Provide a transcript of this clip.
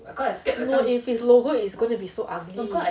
no if it's logo it's going to be so ugly